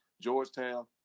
Georgetown